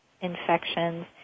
infections